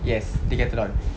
yes Decathlon